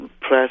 press